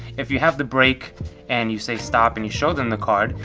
if you have the break and you say stop and you show them the card,